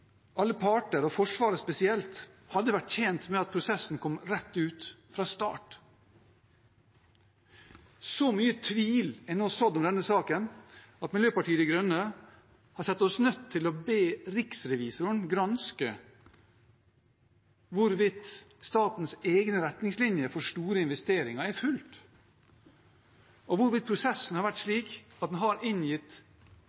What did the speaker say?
alle parter – Forsvaret spesielt – hadde vært tjent med at prosessen kom rett ut fra start. Så mye tvil er nå sådd om denne saken at Miljøpartiet De Grønne har sett seg nødt til å be Riksrevisjonen granske hvorvidt statens egne retningslinjer for store investeringer er fulgt, og hvorvidt prosessen har vært